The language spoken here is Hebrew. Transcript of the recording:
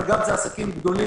אבל גם אלה עסקים גדולים,